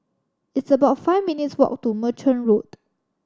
it's about five minutes' walk to Merchant Road